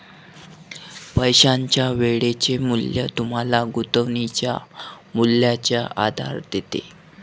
पैशाचे वेळेचे मूल्य तुम्हाला गुंतवणुकीच्या मूल्याचा आधार देते